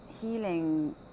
healing